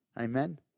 Amen